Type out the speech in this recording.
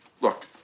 Look